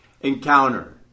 encounter